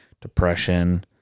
depression